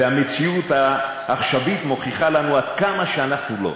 המציאות העכשווית מוכיחה לנו עד כמה שאנחנו לא.